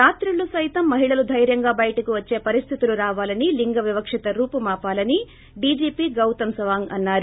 రాత్రిళ్లు సైతం మహిళలు దైర్యంగా బయటకు వచ్చే పరిస్థితులు రావాలని లింగ వివక్షత రూపుమాపాలని డీజీపీ గౌతమ్ సవాంగ్ అన్నారు